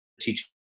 teaching